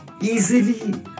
easily